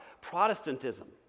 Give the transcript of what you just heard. protestantism